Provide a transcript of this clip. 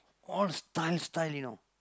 all style style you know